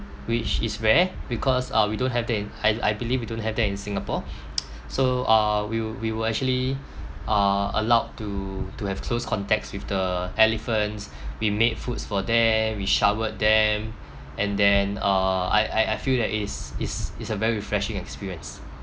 which is rare because uh we don't have that in I I believe we don't have that in singapore so uh we were we were actually uh allowed to to have close contacts with the elephants we made foods for them we showered them and then uh I I I feel that it is is is a very refreshing experience